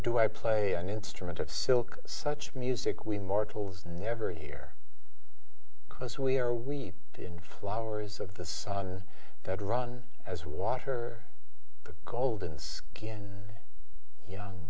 do i play an instrument of silk such music we mortals never hear because we are wheat in flowers of the sun that run as water the golden skinned young